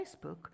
Facebook